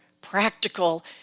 practical